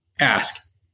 ask